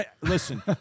Listen